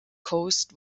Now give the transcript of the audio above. coast